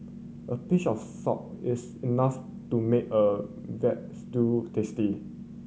a pinch of salt is enough to make a veal stew tasty